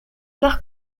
parc